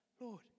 Lord